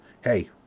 hey